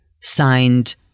signed